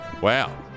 Wow